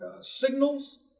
signals